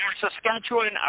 Saskatchewan